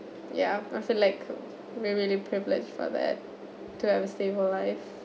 ya I feel like really we privilege for that to have a stable life